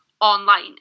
online